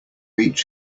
each